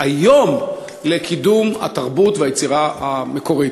תורמים היום לקידום התרבות והיצירה המקורית?